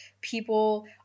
people